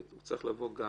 שהוא צריך לבוא גם.